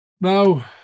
Now